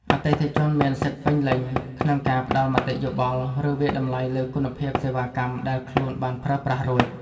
អតិថិជនមានសិទ្ធិពេញលេញក្នុងការផ្ដល់មតិយោបល់ ឬវាយតម្លៃលើគុណភាពសេវាកម្មដែលខ្លួនបានប្រើប្រាស់រួច។